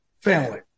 family